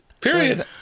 period